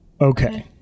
Okay